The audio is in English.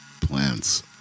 plants